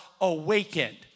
awakened